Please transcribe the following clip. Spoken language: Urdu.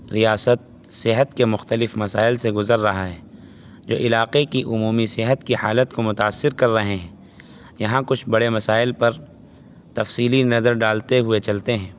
ریاست صحت کے مختلف مسائل سے گزر رہا ہے جو علاقے کی عمومی صحت کی حالت کو متأثر کر رہے ہیں یہاں کچھ بڑے مسائل پر تفصیلی نظر ڈالتے ہوئے چلتے ہیں